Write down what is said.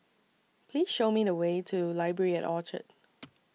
Please Show Me The Way to Library At Orchard